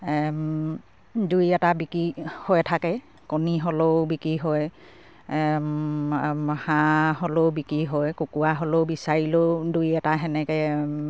দুই এটা বিক্ৰী হৈ থাকে কণী হ'লেও বিক্ৰী হয় হাঁহ হ'লেও বিক্ৰী হয় কুকুৰা হ'লেও বিচাৰিলেও দুই এটা সেনেকে